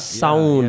sound